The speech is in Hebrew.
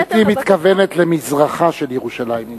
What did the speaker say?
גברתי מתכוונת למזרחה של ירושלים.